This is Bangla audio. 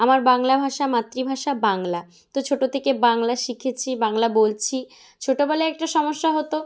আমার বাংলা ভাষা মাতৃভাষা বাংলা তো ছোটো থেকে বাংলা শিখেছি বাংলা বলছি ছোটোবেলায় একটা সমস্যা হতো